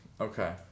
Okay